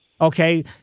Okay